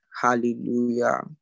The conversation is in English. Hallelujah